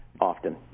often